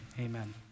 amen